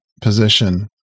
position